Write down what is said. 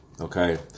okay